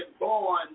born